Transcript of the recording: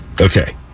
Okay